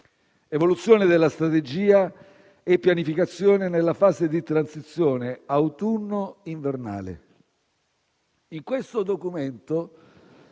evoluzione della strategia e pianificazione nella fase di transizione autunno-invernale». In questo documento